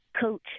coach